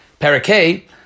Parakei